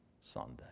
Sunday